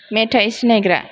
मेथाय सिनायग्रा